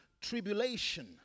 tribulation